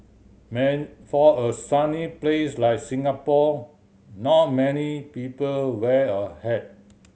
for a sunny place like Singapore not many people wear a hat